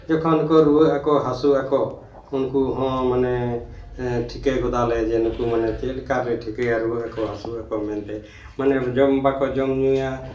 ᱡᱚᱠᱷᱚᱱ ᱠᱚ ᱨᱩᱣᱟᱹᱜ ᱟᱠᱚ ᱦᱟᱹᱥᱩᱜ ᱟᱠᱚ ᱩᱱᱠᱩ ᱦᱚᱸ ᱢᱟᱱᱮ ᱴᱷᱤᱠᱟᱹ ᱜᱚᱫᱟᱞᱮ ᱱᱩᱠᱩ ᱢᱟᱱᱮ ᱪᱮᱫ ᱞᱮᱠᱟᱞᱮ ᱴᱷᱤᱠᱟᱹᱭᱟ ᱨᱩᱣᱟᱹᱜ ᱟᱠᱚ ᱦᱟᱹᱥᱩᱜ ᱟᱠᱚ ᱢᱮᱱᱛᱮ ᱢᱟᱱᱮ ᱡᱚᱢ ᱵᱟᱠᱚ ᱡᱚᱢ ᱧᱩᱭᱟ